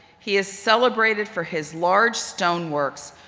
he is celebrated for his large stone works,